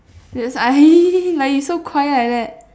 like you so quiet like that